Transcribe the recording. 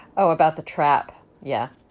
oh, about the trap. yeah,